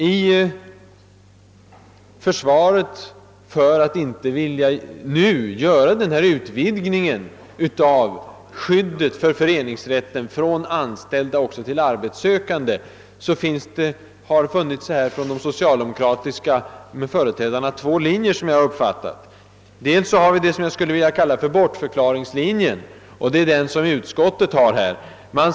I försvaret för ställningstagandet att inte vilja utvidga skyddet för föreningsrätten även till arbetssökande har de socialdemokratiska talarna, som jag uppfattat det, gått efter två olika linjer. Den ena är vad jag skulle vilja kalla bortförklaringslinjen, och den använder utskottet.